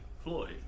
Floyd